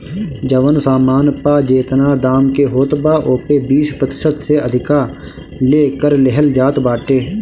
जवन सामान पअ जेतना दाम के होत बा ओपे बीस प्रतिशत से अधिका ले कर लेहल जात बाटे